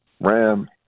Ram